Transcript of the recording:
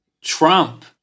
Trump